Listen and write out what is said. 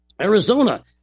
Arizona